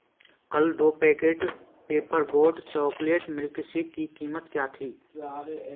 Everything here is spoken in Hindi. कल दो packet paper boat chocolate milkshake की कीमत क्या थी